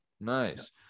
Nice